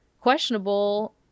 questionable